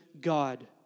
God